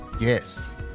yes